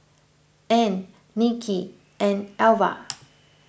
Ean Nicki and Alva